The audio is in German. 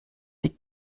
die